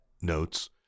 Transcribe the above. notes